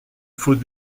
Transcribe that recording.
faut